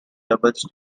doubles